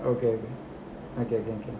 okay